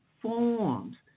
forms